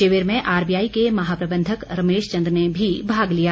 शिविर में आरबीआई के महाप्रबंधक रमेश चंद ने भी भाग लिया